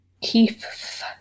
Keith